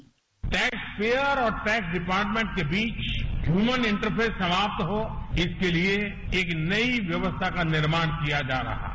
bite taxpayer और tax department के बीच ह्यूमेन इंटरफेयर समाप्त हो इसके लिए एक नई व्यवस्था का निर्माण किया जा रहा है